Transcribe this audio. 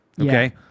okay